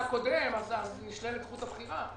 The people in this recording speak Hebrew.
נשללת זכות הבחירה.